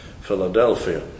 Philadelphia